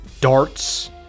darts